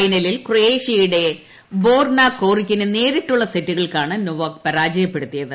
ഫൈനലിൽ ക്രെയോഷ്ട്യൂട്ട ബോർണാ കോറിക്കിനെ നേരിട്ടുള്ള സെറ്റുകൾക്കാണ് നൊവാക്ക് പരാജയപ്പെടുത്തിയത്